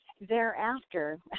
thereafter